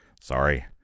Sorry